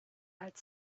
had